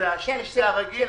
שליש זה הרגיל.